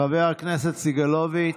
חבר הכנסת סגלוביץ'